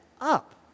up